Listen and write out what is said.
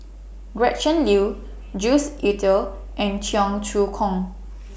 Gretchen Liu Jues Itier and Cheong Choong Kong